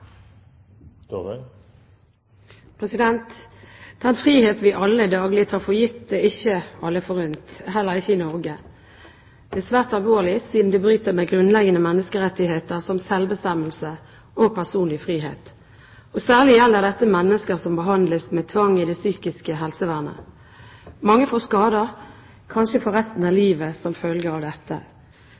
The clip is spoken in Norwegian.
ikke alle forunt, heller ikke i Norge. Det er svært alvorlig, siden det bryter med grunnleggende menneskerettigheter som selvbestemmelse og personlig frihet. Særlig gjelder dette mennesker som behandles med tvang i det psykiske helsevernet. Mange får skader, kanskje for resten av livet, som følge av dette.